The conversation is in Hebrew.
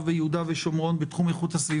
שנצבר בחשבון ההיטל של איו"ש וכמה כסף